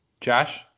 josh